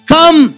Come